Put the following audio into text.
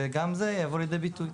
וגם זה יבוא לידי ביטוי.